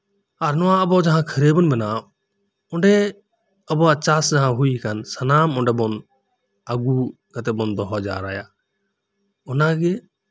ᱟᱨ ᱱᱚᱣᱟ ᱟᱵᱩ ᱡᱟᱦᱟᱸ ᱠᱷᱟᱹᱨᱟᱹᱭᱵᱩᱱ ᱵᱮᱱᱟᱣ ᱚᱸᱰᱮ ᱟᱵᱩᱣᱟᱜ ᱪᱟᱥ ᱡᱟᱦᱟᱸ ᱦᱩᱭ ᱟᱠᱟᱱ ᱥᱟᱱᱟᱢ ᱚᱸᱰᱮᱵᱩᱱ ᱟᱹᱜᱩ ᱠᱟᱛᱮᱵᱩᱱ ᱫᱚᱦᱚ ᱡᱟᱣᱨᱟᱭᱟ ᱚᱱᱟᱜᱤ